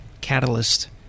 catalyst